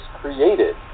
created